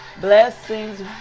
Blessings